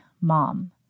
mom